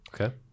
Okay